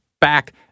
back